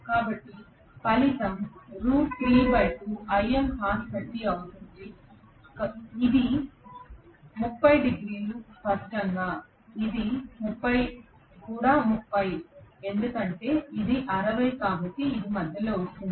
కాబట్టి ఫలితం అవుతుంది ఇది 30 డిగ్రీలు స్పష్టంగా ఇది కూడా 30 ఎందుకంటే ఇది 60 కాబట్టి ఇది మధ్యలో వస్తుంది